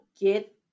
get